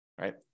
right